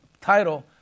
title